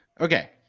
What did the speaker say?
Okay